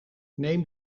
neem